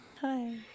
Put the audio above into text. Hi